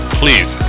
please